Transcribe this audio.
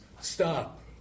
Stop